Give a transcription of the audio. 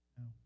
No